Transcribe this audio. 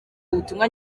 ubutumwa